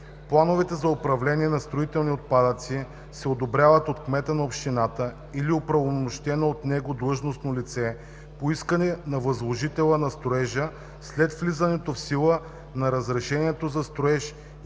Плановете за управление на строителни отпадъци се одобряват от кмета на общината или оправомощено от него длъжностно лице по искане на възложителя на строежа след влизането в сила на разрешението за строеж и